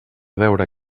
veure